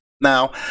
now